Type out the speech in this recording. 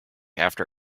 after